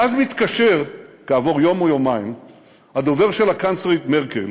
ואז מתקשר כעבור יום או יומיים הדובר של הקנצלרית מרקל,